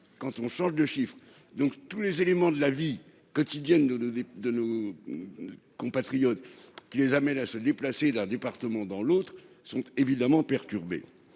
l'on change de chiffre. Tous les éléments de la vie quotidienne de nos compatriotes, qui les conduisent à se déplacer d'un département à un autre, en seraient évidemment perturbés.